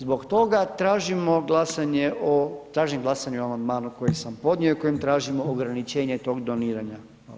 Zbog tražimo glasanje o, tražim glasanje o amandmanu koji sam podnio i kojim tražimo ograničenje tog doniranja.